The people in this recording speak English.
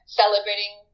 celebrating